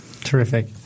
Terrific